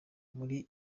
muri